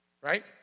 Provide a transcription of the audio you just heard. Right